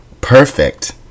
Perfect